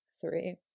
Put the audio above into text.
three